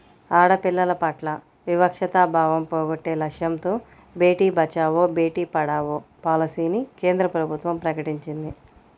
ఆడపిల్లల పట్ల వివక్షతా భావం పోగొట్టే లక్ష్యంతో బేటీ బచావో, బేటీ పడావో పాలసీని కేంద్ర ప్రభుత్వం ప్రకటించింది